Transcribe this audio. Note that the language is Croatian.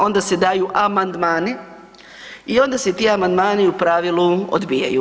Onda se daju amandmani i onda se ti amandmani u pravilu odbijaju.